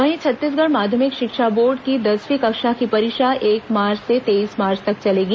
वहीं छत्तीसगढ़ माध्यमिक शिक्षा मंडल की दसवीं कक्षा की परीक्षा एक मार्च से तेईस मार्च तक चलेगी